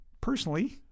Personally